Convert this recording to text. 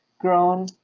grown